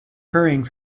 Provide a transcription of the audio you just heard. hurrying